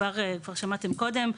כבר שמעתם קודם,